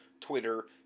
Twitter